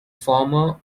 former